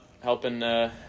helping